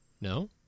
no